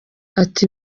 ati